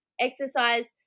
exercise